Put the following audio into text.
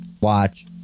watch